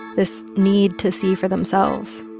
this need to see for themselves